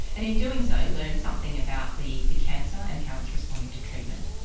and in doing so and learn something about the the cancer and how it's responding to treatment.